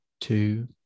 two